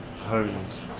honed